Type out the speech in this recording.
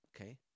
okay